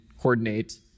coordinate